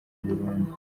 burundu